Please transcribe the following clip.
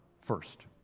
first